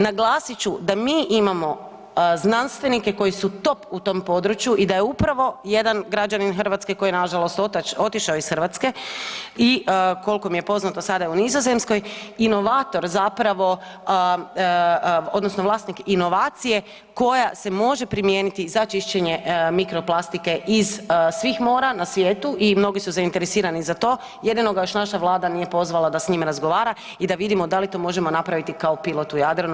Naglasit ću da mi imamo znanstvenike koji su top u tom području i da je upravo jedan građanin Hrvatske koji je nažalost otišao iz Hrvatske i kolko mi je poznato sada je u Nizozemskoj, inovator zapravo odnosno vlasnik inovacije koja se može primijeniti za čišćenje mikro plastike iz svih mora na svijetu i mnogi su zainteresirani za to, jedino ga još naša vlada nije pozvala da s njim razgovara i da vidimo da li to možemo napraviti kao pilot u Jadranu.